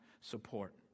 support